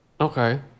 Okay